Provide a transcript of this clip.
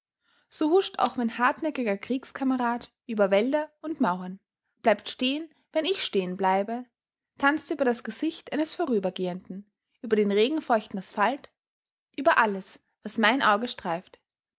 so huscht auch mein hartnäckiger kriegskamerad über wälder und mauern bleibt stehen wenn ich stehen bleibe tanzt über das gesicht eines vorübergehenden über den regenfeuchten asphalt über alles was mein auge streift